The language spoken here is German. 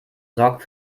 sorgt